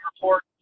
report